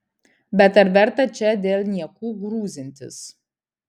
bet ar verta čia dėl niekų grūzintis